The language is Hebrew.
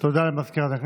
משה גפני,